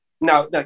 now